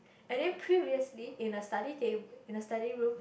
and then previously in a study tab~ in a study room